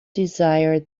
desire